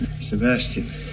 Sebastian